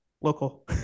local